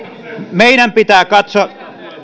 meidän pitää katsoa